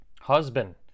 Husband